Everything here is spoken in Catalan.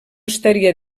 estaria